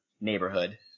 neighborhood